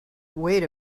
wait